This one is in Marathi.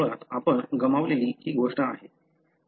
मुळात आपण गमावलेली ही गोष्ट आहे